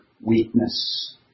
weakness